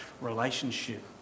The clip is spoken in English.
relationship